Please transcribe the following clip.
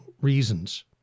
reasons